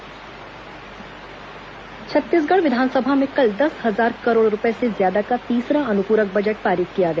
अनुपूरक बजट पारित छत्तीसगढ़ विधानसभा में कल दस हजार करोड़ रूपये से ज्यादा का तीसरा अनुपूरक बजट पारित किया गया